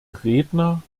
redner